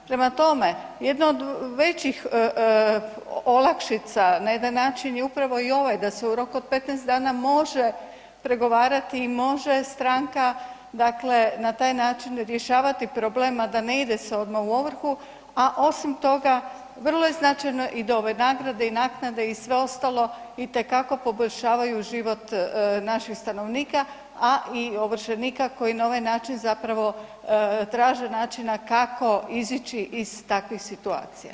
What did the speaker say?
Prema tome, jedna od većih olakšica na jedan način je upravo i ovaj da se u roku od 15 dana može pregovarati i može stranka na taj način rješavati problem, a da se ne ide odmah u ovrhu, a osim toga vrlo je značajno i da ove nagrade i naknade i sve ostalo poboljšavaju život naših stanovnika, a i ovršenika koji na ovaj način traže način kako izići iz takvih situacija.